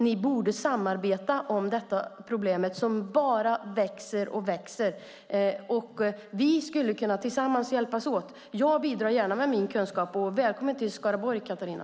Ni borde samarbeta om detta problem, som bara växer och växer. Vi skulle kunna hjälpas åt tillsammans. Jag bidrar gärna med min kunskap. Välkommen till Skaraborg, Catharina!